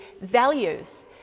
values